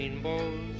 Rainbows